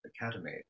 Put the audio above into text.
Academy